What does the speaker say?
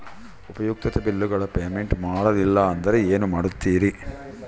ಉಪಯುಕ್ತತೆ ಬಿಲ್ಲುಗಳ ಪೇಮೆಂಟ್ ಮಾಡಲಿಲ್ಲ ಅಂದರೆ ಏನು ಮಾಡುತ್ತೇರಿ?